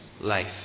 life